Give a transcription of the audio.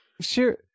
Sure